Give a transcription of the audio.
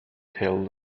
tell